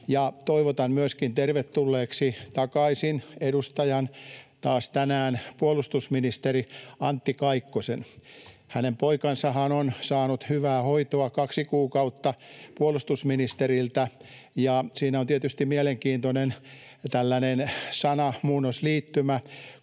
toivotan myöskin tervetulleeksi takaisin edustaja — taas tänään puolustusministeri — Antti Kaikkosen. Hänen poikansahan on saanut hyvää hoitoa kaksi kuukautta puolustusministeriltä. Ja siinä on tietysti mielenkiintoinen tällainen sanamuunnosliittymä,